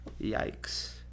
Yikes